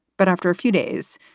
but after a few days,